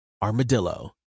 Armadillo